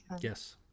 Yes